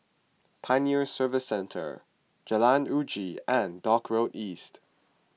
Pioneer Service Centre Jalan Uji and Dock Road East